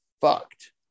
fucked